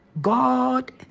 God